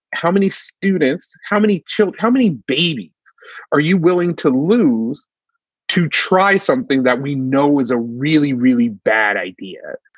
how many students, how many children, how many babies are you willing to lose to try something that we know is a really, really bad idea?